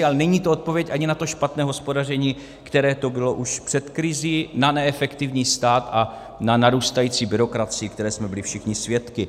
Ale není to odpověď ani na to špatné hospodaření, které tu bylo už před krizí, na neefektivní stát a na narůstající byrokracii, které jsme byli všichni svědky.